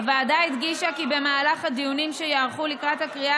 הוועדה הדגישה כי במהלך הדיונים שייערכו לקראת הקריאה